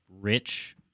Rich